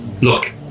look